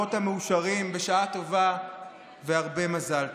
האבות המאושרים, בשעה טובה והרבה מזל טוב.